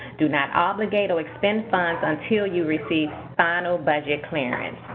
do not obligate or expend funds until you receive final budget clearance.